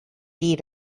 beat